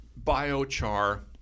Biochar